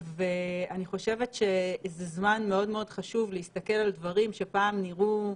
אני חושבת שזה זמן מאוד מאוד חשוב להסתכל על דברים שפעם נראו שוליים,